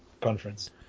conference